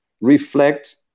reflect